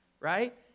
right